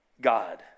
God